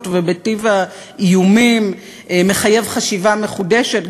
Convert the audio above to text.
ובטיב האיומים מחייב חשיבה מחודשת,